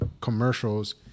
commercials